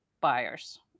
buyers